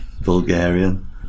Bulgarian